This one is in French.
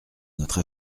notre